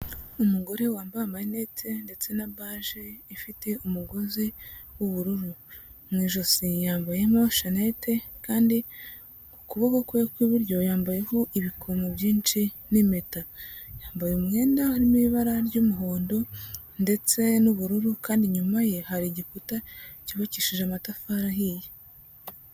Umugore wambaye amarinete ndetse na baje ifite umugozi w'ubururu, mu ijosi yambayemo shanete kandi ku kuboko kwe kw'iburyo yambayeho ibikomo byinshi n'impeta, yambaye umwenda harimo ibara ry'umuhondo ndetse n'ubururu kandi inyuma ye hari igikuta cyubakishije amatafari ahiye.